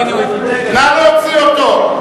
נא להוציא אותו.